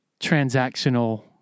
transactional